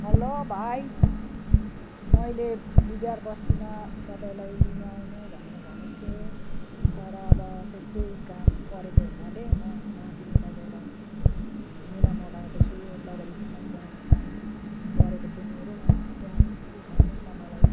hello भाइ मैले बहिदार बस्तीमा तपाईँलाई लिनु आउनु भनेर भनेको थिएँ तर अब त्यस्तै काम परेको हुनाले म नातिनीलाई लिएर मिनामोड आएको छु ओद्लाबारीसम्म जाने काम परेको थियो मेरो त्यहाँ उठाउनुहोस् न मलाई